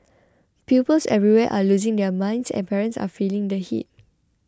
pupils everywhere are losing their minds and parents are feeling the heat